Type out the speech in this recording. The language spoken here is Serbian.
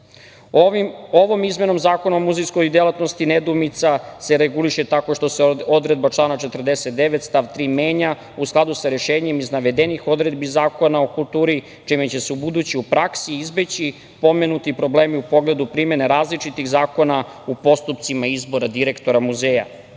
Ovom izmenom Zakona o muzejskoj delatnosti nedoumica se reguliše tako što se odredba člana 49. stav 3. menja u skladu sa rešenjem iz navedenih odredbi Zakona o kulturi, a čime će se ubuduće u praksi izbeći pomenuti problemi u pogledu primene različitih zakona u postupcima izbora direktora muzeja. Svi